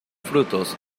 frutos